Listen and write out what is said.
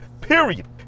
period